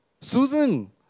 Susan